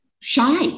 shy